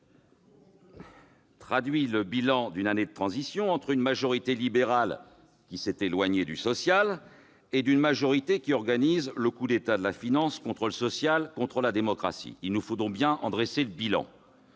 traduit le bilan d'une année de transition entre une majorité libérale qui s'est éloignée du social et une majorité qui organise le coup d'État de la finance contre le social et contre la démocratie. Il nous faut bien en dresser le bilan.